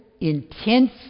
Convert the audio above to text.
intense